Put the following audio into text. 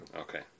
Okay